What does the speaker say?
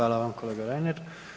Hvala vam kolega Reiner.